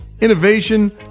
innovation